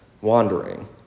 wandering